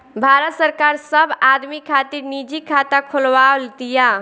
भारत सरकार सब आदमी खातिर निजी खाता खोलवाव तिया